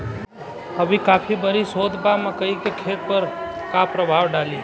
अभी काफी बरिस होत बा मकई के खेत पर का प्रभाव डालि?